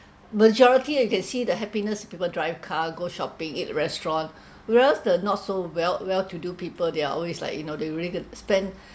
majority you can see the happiness people drive car go shopping eat restaurant whereas the not so well well-to-do people they are always like you know they really going to spend